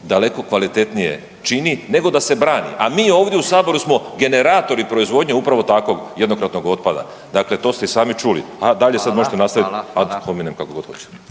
daleko kvalitetnije čini nego da se brani, a mi ovdje u saboru smo generatori proizvodnje upravo takvog jednokratnog otpada, dakle to ste i sami čuli, dalje sad možete nastavit